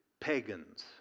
pagans